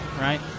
right